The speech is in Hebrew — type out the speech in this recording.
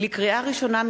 לקריאה ראשונה,